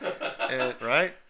Right